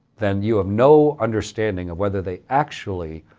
then you have no understanding of whether they actually